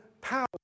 power